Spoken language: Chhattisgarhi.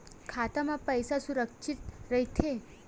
खाता मा पईसा सुरक्षित राइथे?